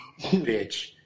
bitch